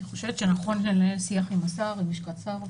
אני חושבת שנכון שננהל שיח עם השר, עם לשכת השר.